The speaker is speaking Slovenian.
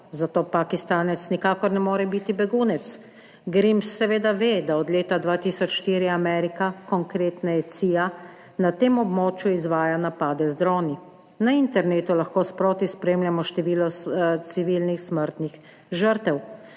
zato Pakistanec nikakor ne more biti begunec. Grims seveda ve, da od leta 2004 Amerika - konkretneje CIA - na tem območju izvaja napade z droni. Na internetu lahko sproti spremljamo število civilnih smrtnih žrtev.